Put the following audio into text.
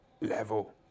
level